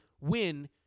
win